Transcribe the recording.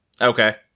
Okay